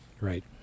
Right